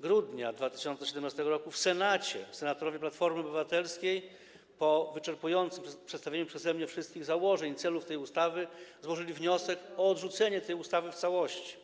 grudnia 2017 r., w Senacie senatorowie Platformy Obywatelskiej, po wyczerpującym przedstawieniu przeze mnie wszystkich założeń i celów tej ustawy, złożyli wniosek o odrzucenie tej ustawy w całości.